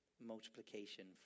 multiplication